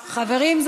חברים,